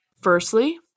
firstly